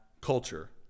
culture